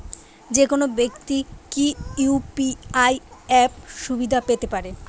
যেকোনো ব্যাক্তি কি ইউ.পি.আই অ্যাপ সুবিধা পেতে পারে?